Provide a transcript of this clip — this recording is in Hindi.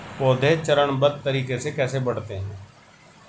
पौधे चरणबद्ध तरीके से कैसे बढ़ते हैं?